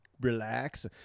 relax